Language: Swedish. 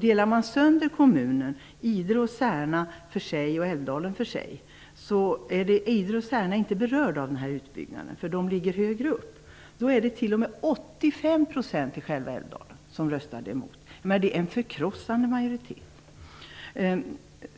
Delar man upp kommunen, Idre och Särna för sig och Älvdalen för sig - Idre och Särna berörs inte av utbyggnaden eftersom de ligger högre upp - är det t.o.m. 85 % i själva Älvdalen som röstat emot. Det är en förkrossande majoritet.